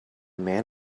man